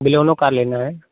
बिलोनो car लेनी है